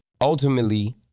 Ultimately